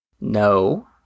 No